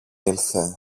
ήλθε